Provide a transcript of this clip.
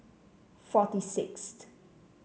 forty sixth